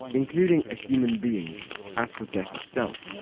including a human being. and so as for death itself.